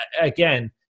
again